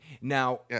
Now